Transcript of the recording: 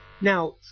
Now